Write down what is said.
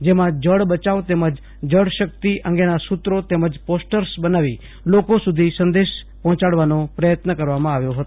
જેમાં જળ બયાવ તેમજ જળ શક્તિ અંગેના સુત્રો તેમજ પોસ્ટર્સ બનાવી લોકો સુધી સંદેશ પહોંચાડવા પ્રયત્ન કરાયો હતો